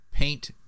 Paint